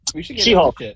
She-Hulk